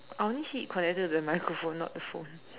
I only see it connected to the microphone not the phone